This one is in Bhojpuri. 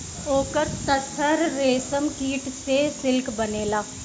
ओकर तसर रेशमकीट से सिल्क बनेला